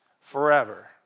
forever